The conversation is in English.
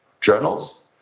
journals